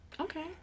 Okay